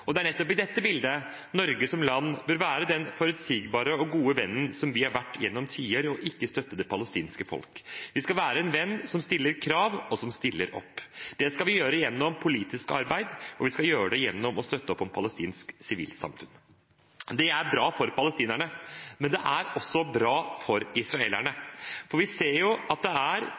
Det er nettopp i dette bildet Norge som land bør være den forutsigbare og gode vennen som vi har vært gjennom tiår og støtte det palestinske folk. Vi skal være en venn som stiller krav, og som stiller opp. Det skal vi gjøre gjennom politisk arbeid, og vi skal gjøre det gjennom å støtte opp om palestinsk sivilsamfunn. Det er bra for palestinerne, men det er også bra for israelerne. For vi ser at det dessverre etter veldig mange år under okkupasjon er